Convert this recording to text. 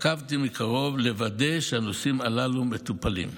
ועקבתי מקרוב כדי לוודא שהנושאים הללו מטופלים.